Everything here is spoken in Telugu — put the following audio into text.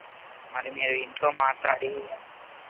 మరి మీరు ఇంట్లో మాట్లాడి